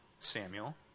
Samuel